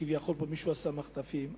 שכביכול מישהו עשה מחטפים.